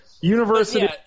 university